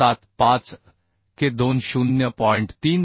75 K 2 0